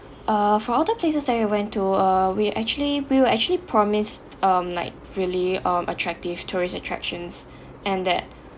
uh for all the places that we went to uh we're actually we were actually promised um like really um attractive tourist attractions and that